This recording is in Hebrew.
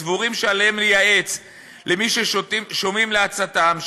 סבורים שעליהם לייעץ למי ששומעים לעצתם,